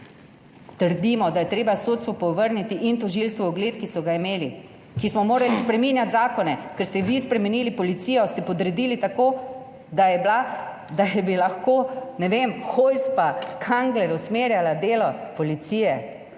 trdimo, da je treba sodstvu povrniti in tožilstvu ugled, ki so ga imeli, ki smo morali spreminjati zakone, ker ste vi spremenili. Policijo ste podredili tako, da je bila, da bi lahko, ne vem, Hojs pa Kangler usmerjala delo policije.